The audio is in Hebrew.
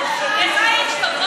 תתבייש.